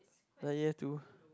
like year two